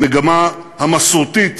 המגמה המסורתית